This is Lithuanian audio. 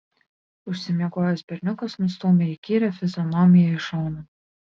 užsimiegojęs berniukas nustūmė įkyrią fizionomiją į šoną